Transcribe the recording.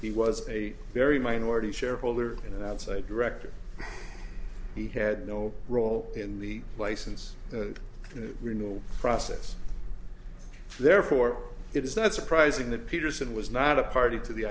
he was a very minority shareholder in an outside director he had no role in the license renewal process therefore it is not surprising that peterson was not a party to the